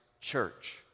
church